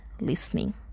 listening